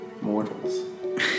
Mortals